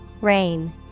rain